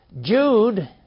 Jude